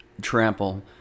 trample